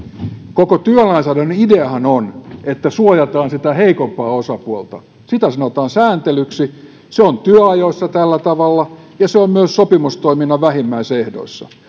koko työlainsäädännön ideahan on että suojataan sitä heikompaa osapuolta sitä sanotaan sääntelyksi se on työajoissa tällä tavalla ja se on myös sopimustoiminnan vähimmäisehdoissa